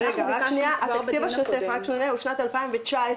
אבל אנחנו ביקשנו כבר בדיון הקודם --- התקציב השוטף הוא לשנת 2019,